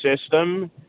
system